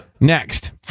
Next